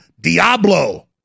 Diablo